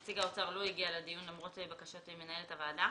נציג האוצר לא הגיע לדיון למרות בקשת מנהלת הוועדה.